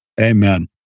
Amen